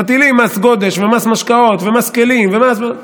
מטילים מס גודש ומס משקאות ומס כלים ומס זה.